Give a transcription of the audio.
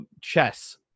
chess